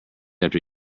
after